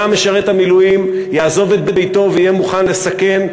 משרת המילואים יעזוב את ביתו ויהיה מוכן לסכן,